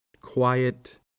quiet